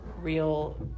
real